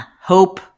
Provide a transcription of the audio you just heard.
Hope